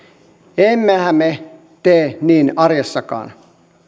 emmehän me tee niin arjessakaan